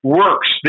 works